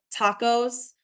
tacos